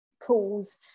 calls